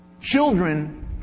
Children